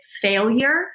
failure